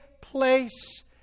place